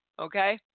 Okay